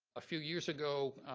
a few years ago,